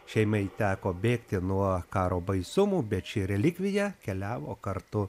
šeimai teko bėgti nuo karo baisumų bet ši relikvija keliavo kartu